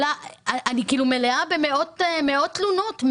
אני מלאה במאות תלונות.